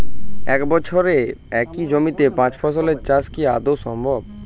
এক বছরে একই জমিতে পাঁচ ফসলের চাষ কি আদৌ সম্ভব?